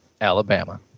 Alabama